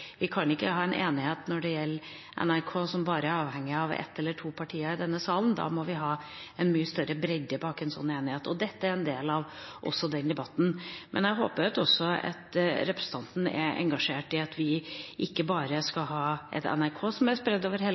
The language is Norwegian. Vi kan ikke ha en enighet når det gjelder NRK, som bare er avhengig av ett eller to partier i denne salen. Vi må ha en mye større bredde bak en sånn enighet. Dette er en del av også den debatten. Jeg håper at også representanten engasjerer seg i at vi ikke bare skal ha et NRK som er spredt over hele